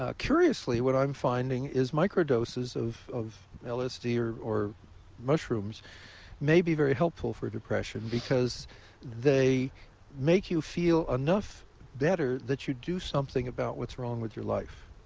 ah curiously, what i'm finding is micro-doses of of lsd or or mushrooms may be very helpful for depression because they make you feel enough better that you do something about what's wrong with your life.